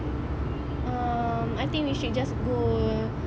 uh I think we should just go